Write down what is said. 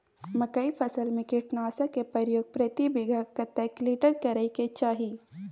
मकई फसल में कीटनासक के प्रयोग प्रति बीघा कतेक लीटर करय के चाही?